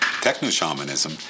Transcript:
techno-shamanism